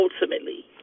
ultimately